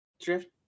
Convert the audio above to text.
Drift